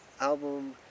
album